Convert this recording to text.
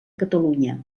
catalunya